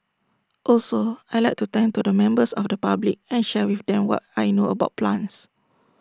also I Like to talk to members of the public and share with them what I know about plants